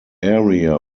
area